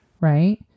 Right